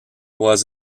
was